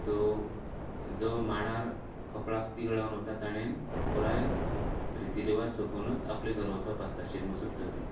so जो मांडार कपळाक तीळ लावन वता ताणेन पुराय रिती रिवाज सोंपुनूच आपले घरा वचप आसता शिगमो सोपतकी